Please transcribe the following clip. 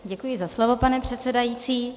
Děkuji za slovo, pane předsedající.